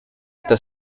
está